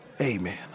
Amen